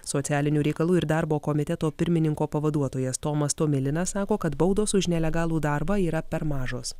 socialinių reikalų ir darbo komiteto pirmininko pavaduotojas tomas tomilinas sako kad baudos už nelegalų darbą yra per mažos